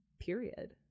period